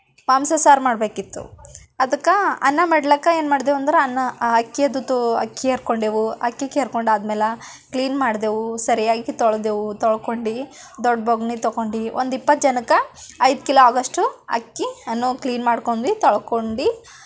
ಮಾಂಸದ ಸಾರು ಮಾಡಬೇಕಿತ್ತು ಅದಕ್ಕೆ ಅನ್ನ ಮಾಡ್ಲಿಕ್ಕೆ ಏನು ಮಾಡಿದೇವಂದ್ರೆ ಅನ್ನ ಹಾಕಿ ಅದುದ್ದು ಅಕ್ಕಿ ಕೇರಿಕೊಂಡೇವು ಅಕ್ಕಿ ಕೇರ್ಕೊಂಡಾದ ಮ್ಯಾಲ ಕ್ಲೀನ್ ಮಾಡಿದೆವು ಸರಿಯಾಗಿ ತೋಳೆದೆವು ತೊಳ್ಕೊಂಡು ದೊಡ್ಡ ಬೋಗಣಿ ತೊಗೊಂಡು ಒಂದು ಇಪ್ಪತ್ತು ಜನಕ್ಕೆ ಐದು ಕಿಲೋ ಆಗೋವಷ್ಟು ಅಕ್ಕಿಯನ್ನು ಕ್ಲೀನ್ ಮಾಡಿಕೊಂಡ್ವಿ ತೊಳ್ಕೊಂಡು